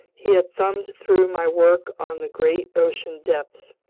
he had thumbed through my work on the great ocean depths,